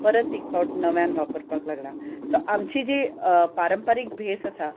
परत एक फावट नव्यान वापरपाक लागलां सो आमची जी पारंपारीक भेस आसा